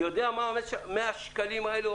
הוא יודע מה 100 השקלים האלה,